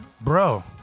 Bro